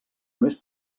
només